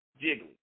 jiggly